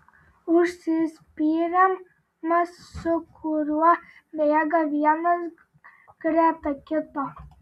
užsispyrimas su kuriuo bėga vienas greta kito